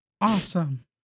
Awesome